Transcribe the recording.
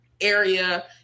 area